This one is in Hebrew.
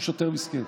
הוא שוטר מסכן.